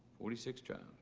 forty sixth trial.